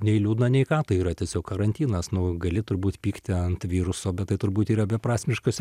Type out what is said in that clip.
nei liūdna nei ką tai yra tiesiog karantinas nu gali turbūt pykti ant viruso bet tai turbūt yra beprasmiškas